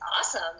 awesome